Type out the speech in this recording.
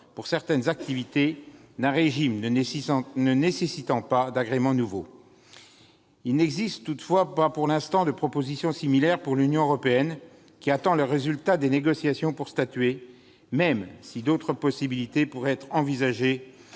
pour certaines activités, d'un régime ne nécessitant pas d'agrément nouveau. Pour l'instant, il n'existe toutefois pas de proposition similaire pour l'Union européenne, qui attend le résultat des négociations pour statuer, même si d'autres possibilités pourraient être envisagées,